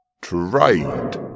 Trade